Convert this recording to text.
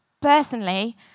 Personally